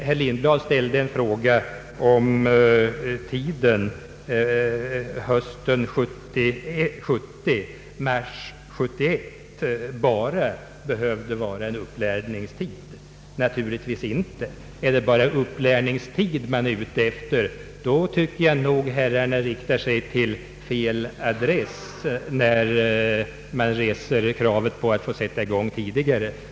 Herr Lindblad ställde frågan, om tiden hösten 1970—mars 1971 bara behövde vara en upplärningstid. Naturligtvis är så inte fallet. är det bara en upplärningstid man är ute efter, tycker jag nog att herrarna riktar sig till fel adress, när man reser kravet på att få sätta i gång tidigare.